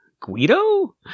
Guido